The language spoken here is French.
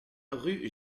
rue